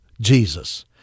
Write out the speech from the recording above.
Jesus